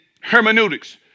hermeneutics